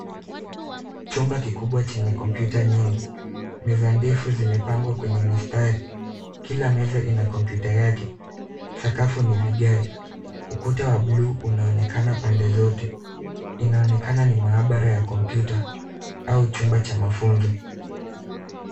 Chumba kikubwa chenye kompyuta nyingi. Meza ndefu zimepangwa kwenye mistari. Kila meza ina kompyuta yake. Sakafu ni vigae. Ukuta wa bluu unaonekana pande zote. Inaonekana ni maabara ya kompyuta au chumba cha mafunzo.